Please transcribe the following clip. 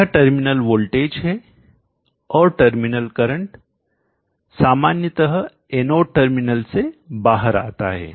यह terminal voltage है और टर्मिनल करंट सामान्यतः एनोड टर्मिनल से बाहर बहता है